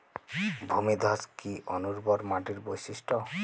ভূমিধস কি অনুর্বর মাটির বৈশিষ্ট্য?